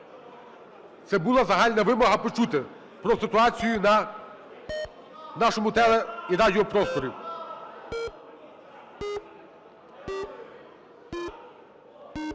Це була загальна вимога – почути про ситуацію на нашому теле- і радіопросторі.